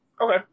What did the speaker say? Okay